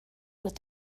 with